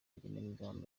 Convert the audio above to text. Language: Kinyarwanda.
igenamigambi